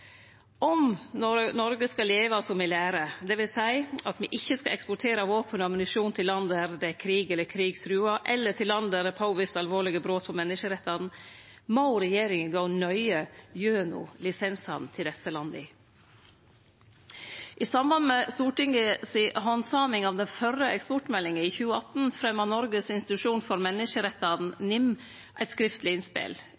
Om Noreg skal leve som me lærer, dvs. at me ikkje skal eksportere våpen og ammunisjon til land der det er krig, der krig truar, eller der det er påvist alvorlege brot på menneskerettane, må regjeringa gå nøye gjennom lisensane til desse landa. I samband med Stortinget si handsaming av den førre eksportmeldinga i 2018 fremja Noregs institusjon for